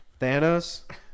Thanos